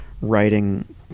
writing